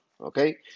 okay